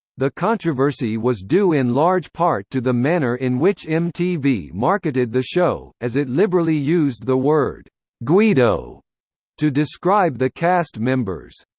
the controversy was due in large part to the manner in which mtv marketed the show, as it liberally used the word guido to describe the cast members.